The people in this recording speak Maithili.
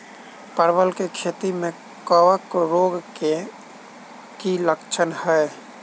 परवल केँ खेती मे कवक रोग केँ की लक्षण हाय?